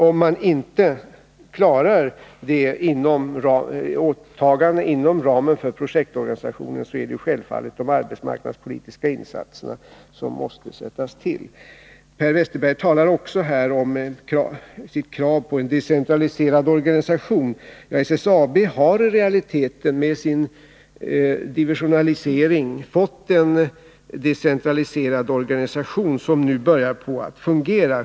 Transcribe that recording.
Om man inte klarar åtagandena inom ramen för projektorganisationen, måste självfallet arbetsmarknadspolitiska insatser göras. Per Westerberg talar också om sitt krav på en decentraliserad organisation. SSAB har i realiteten med sin divisionalisering fått en decentraliserad organisation, som nu börjar fungera.